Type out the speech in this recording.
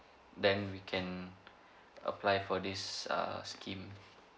then we can apply for this err scheme